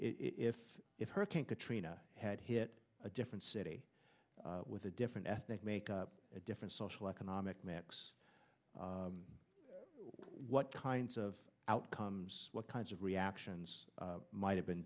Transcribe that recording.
if it hurricane katrina had hit a different city with a different ethnic makeup a different social economic max what kinds of outcomes what kinds of reactions might have been